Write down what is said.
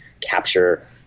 capture